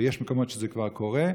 ויש מקומות שזה כבר קורה.